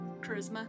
charisma